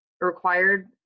required